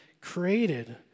created